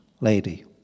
lady